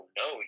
no